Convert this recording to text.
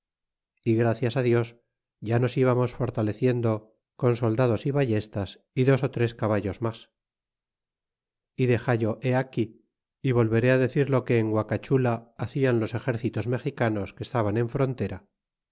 y gracias dios ya nos íbamos fortaleciendo con soldados y vallestas y dos ó tres caballos mas y dexallo he aquí y volveré decir lo que en guacachula hacian los exércitos mexicanos que estaban en frontera